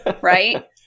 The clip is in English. Right